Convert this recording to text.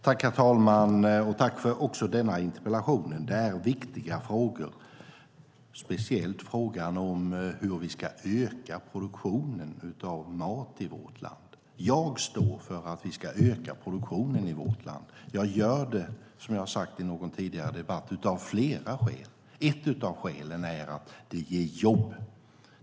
Herr talman! Tack också för denna interpellation! Det är viktiga frågor, speciellt frågan hur vi ska öka produktionen av mat i vårt land. Jag står för att vi ska öka produktionen i vårt land. Jag gör det, som jag har sagt i någon tidigare debatt, av flera skäl. Ett av skälen är att det ger jobb.